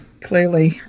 clearly